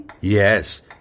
Yes